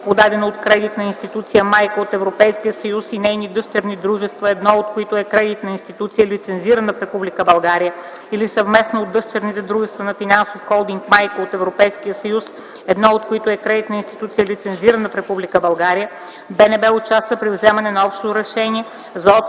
подадено от кредитна институция майка от Европейския съюз и нейни дъщерни дружества, едно от които е кредитна институция, лицензирана в Република България, или съвместно от дъщерните дружества на финансов холдинг майка от Европейския съюз, едно от които е кредитна институция, лицензирана в Република България, БНБ участва при вземането на общо решение за отказ